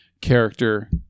character